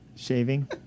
Shaving